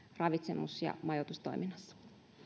ravitsemus ja majoitustoiminnassa